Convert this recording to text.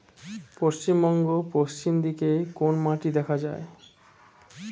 পশ্চিমবঙ্গ পশ্চিম দিকে কোন মাটি দেখা যায়?